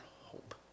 hope